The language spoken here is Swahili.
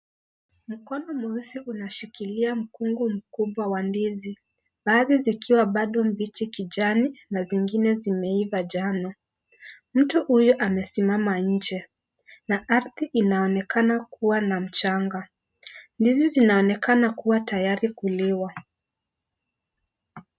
Mkono mweusi unashikilia mkungu mkubwa wa ndizi. Baadhi zikiwa bado mbichi kijani na zingine zimeiva njano. Mtu huyu amesimama nje na ardhi inaonekana kuwa na mchanga. Ndizi zinaonekana kuwa tayari kuliwa.